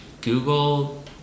Google